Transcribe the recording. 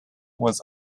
was